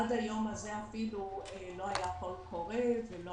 שעד היום הזה לא היה קול קורא ולא